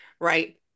right